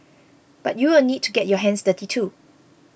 but you will need to get your hands dirty too